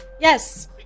Yes